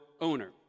owner